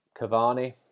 Cavani